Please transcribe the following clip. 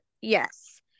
Yes